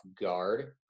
guard